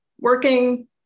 working